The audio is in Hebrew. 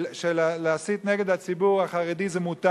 להסית נגד הציבור החרדי זה מותר.